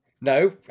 No